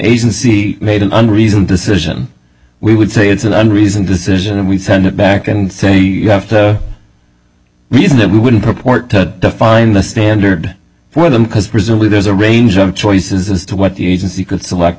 c made an unreasoned decision we would say it's an unreasoned decision and we send it back and you have to reason that we wouldn't purport to define the standard for them because presumably there's a range of choices as to what the agency could select